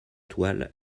toile